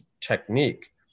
technique